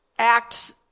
Act